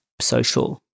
social